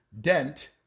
dent